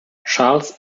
charles